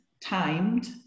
timed